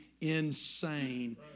insane